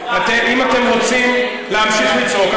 אם אתם רוצים להמשיך לצעוק,